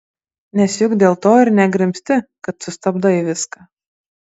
nes juk dėl to ir negrimzti kad sustabdai viską